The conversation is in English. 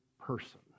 person